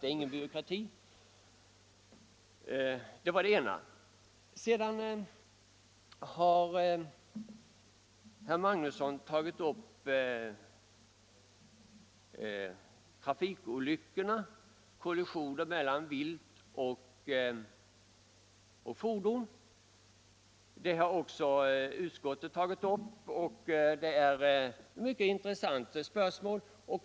Det innebär ingen byråkrati, Herr Magnusson har tagit upp frågan om trafikolyckorna, kollisioner mellan vilt och fordon. Den har också utskottet tagit upp. Det är ett mycket intressant spörsmål.